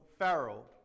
Pharaoh